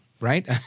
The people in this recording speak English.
Right